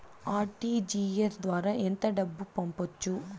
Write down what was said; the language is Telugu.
ఆర్.టీ.జి.ఎస్ ద్వారా ఎంత డబ్బు పంపొచ్చు?